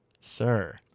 sir